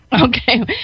Okay